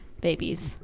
babies